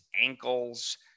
ankles